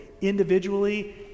individually